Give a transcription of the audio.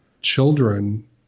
children